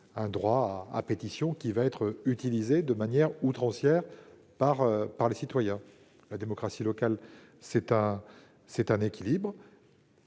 le droit de pétition sera utilisé de manière outrancière par les citoyens. La démocratie locale, c'est un équilibre